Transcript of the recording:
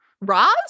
Roz